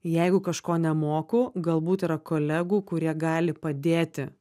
jeigu kažko nemoku galbūt yra kolegų kurie gali padėti